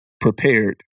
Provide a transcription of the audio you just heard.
prepared